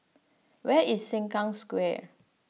where is Sengkang Square